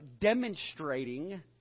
demonstrating